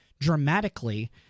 dramatically